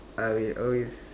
I will always